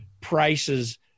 prices